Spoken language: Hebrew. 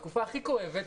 בתקופה הכי כואבת,